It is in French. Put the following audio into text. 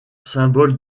symbole